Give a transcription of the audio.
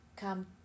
come